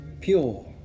Pure